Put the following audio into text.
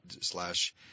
slash –